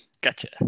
Gotcha